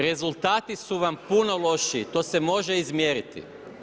Rezultati su vam puno lošiji, to se može izmjeriti.